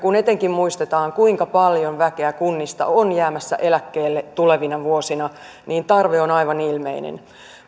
etenkin kun muistetaan kuinka paljon väkeä kunnista on jäämässä eläkkeelle tulevina vuosina niin tarve on aivan ilmeinen